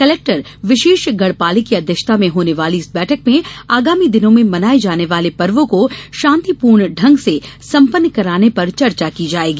collector Vishesh Garhpale की अध्यक्षता में होने वाली इस बैठक में आगामी दिनों में मनाये जाने वाले पर्वो को शांतिपूर्ण ढंग से सम्पन्न कराने पर चर्चा की जायेगी